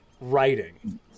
writing